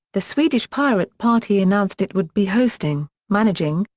the swedish pirate party announced it would be hosting, managing,